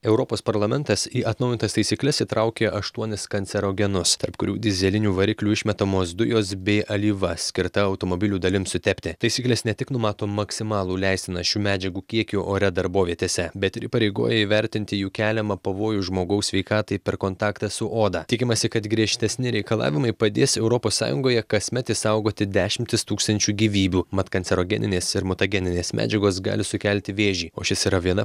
europos parlamentas į atnaujintas taisykles įtraukė aštuonis kancerogenus tarp kurių dyzelinių variklių išmetamos dujos bei alyva skirta automobilių dalims sutepti taisyklės ne tik numato maksimalų leistiną šių medžiagų kiekį ore darbovietėse bet ir įpareigoja įvertinti jų keliamą pavojų žmogaus sveikatai per kontaktą su oda tikimasi kad griežtesni reikalavimai padės europos sąjungoje kasmet išsaugoti dešimtis tūkstančių gyvybių mat kancerogeninės ir mutageninės medžiagos gali sukelti vėžį o šis yra viena